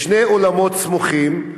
בשני אולמות סמוכים,